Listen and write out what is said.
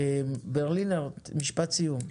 ברלינר, משפט סיום.